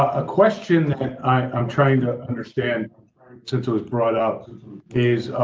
a question i'm trying to understand since it was brought up is,